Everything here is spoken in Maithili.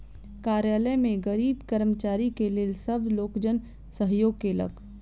कार्यालय में गरीब कर्मचारी के लेल सब लोकजन सहयोग केलक